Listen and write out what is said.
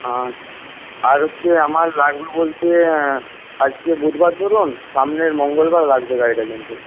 হ্যাঁ আর হচ্ছে আমার লাগবে বলতে আজকে বুধবার ধরুন সামনের মঙ্গলবার লাগবে গাড়িটা কিন্তু